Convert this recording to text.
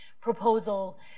proposal